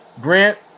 Grant